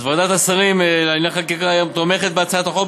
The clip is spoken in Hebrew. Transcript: ועדת השרים לענייני חקיקה היום תומכת בהצעת החוק,